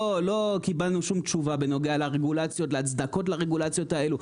לא קיבלנו שום תשובה בנוגע לרגולציות ולהצדקות לרגולציות האלה,